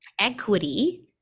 Equity